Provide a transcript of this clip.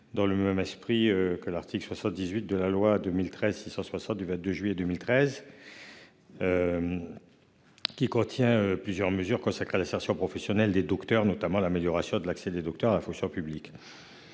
Dans le même esprit que l'article 78 de la loi à 2013 660 du 22 juillet 2013. Qui contient plusieurs mesures consacrés à l'insertion professionnelle des docteurs notamment à l'amélioration de l'accès des docteurs, la fonction publique.